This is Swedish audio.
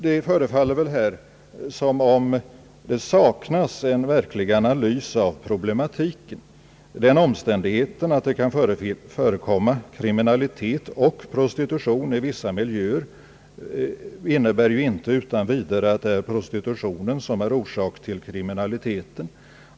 Det förefaller väl här som om det saknas en verklig analys av problematiken. Den omständigheten att det kan förekomma kriminalitet och prostitution i vissa miljöer innebär ju inte utan vidare, att det är prostitutio nen som är orsak till kriminaliteten.